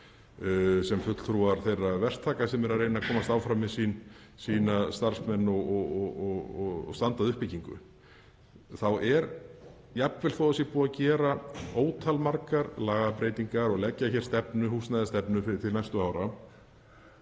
eru fulltrúar þeirra verktaka sem eru að reyna að komast áfram með sína starfsmenn og standa að byggingu. Jafnvel þótt það sé búið að gera ótalmargar lagabreytingar og leggja húsnæðisstefnu til næstu ára